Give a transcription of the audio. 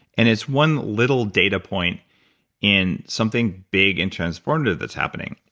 and its one little data point in something big and transformative that's happening.